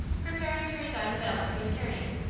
preparing to resign the valise he was carrying,